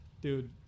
Dude